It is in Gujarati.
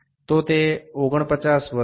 તો તે 49 વત્તા 0